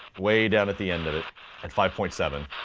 way down at the end of it at five point seven.